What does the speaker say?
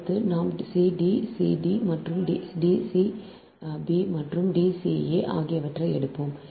அடுத்து நாம் c D c b மற்றும் D c b மற்றும் D c a ஆகியவற்றை எடுப்போம்